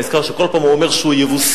אני נזכר שכל פעם הוא אומר שהוא יבוסי.